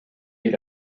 est